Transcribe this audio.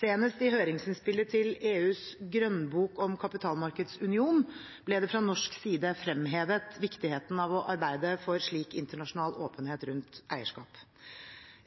Senest i høringsinnspillet til EUs Grønnbok om en kapitalmarkedsunion ble det fra norsk side fremhevet viktigheten av å arbeide for slik internasjonal åpenhet rundt eierskap.